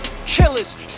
Killers